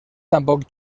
tampoc